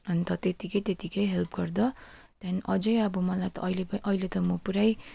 अन्त त्यतिकै त्यतिकै हेल्प गर्दा त्यहाँदेखि अझै अब मलाई त अहिले अहिले त म पुरै